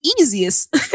easiest